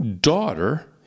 daughter